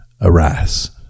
arise